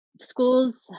schools